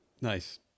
Nice